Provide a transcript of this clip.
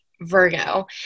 Virgo